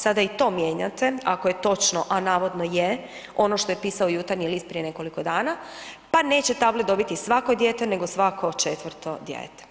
Sada i to mijenjate, ako je točno, a navodno je, ono što je pisao Jutarnji list prije nekoliko dana, pa neće tablet dobiti svako dijete nego svako 4. dijete.